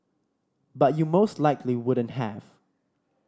but you most likely wouldn't have